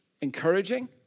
encouraging